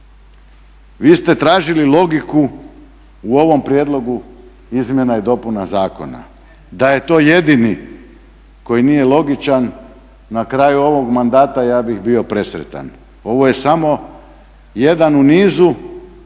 Vi ste tražili logiku u ovom prijedlogu izmjena i dopuna zakona. Da je to jedini koji nije logičan na kraju ovog mandata ja bih bio presretan. Ovo je samo jedan u nizu.